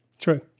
True